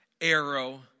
arrow